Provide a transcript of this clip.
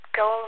go